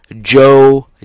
Joe